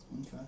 Okay